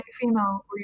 female